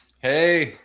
Hey